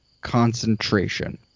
concentration